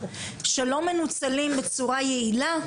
שלא מנוצלים בצורה יעילה,